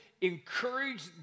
encourage